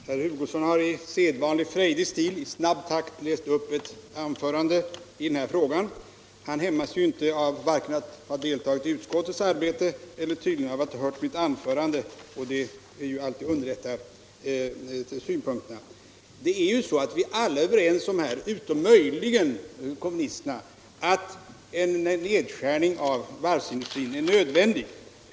Herr talman! Herr Hugosson har i sedvanlig frejdig stil i snabb takt läst upp ett anförande i den här frågan. Han hämmas tydligen inte, vare sig av att ha deltagit i utskottets arbete eller av att ha hört mitt anförande, och det underlättar ju synpunkterna! Det är ju så att vi alla, utom möjligen kommunisterna, här är överens om att en nedskärning av varvsindustrin är nödvändig.